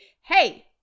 hey